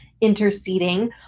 interceding